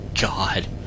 God